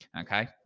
okay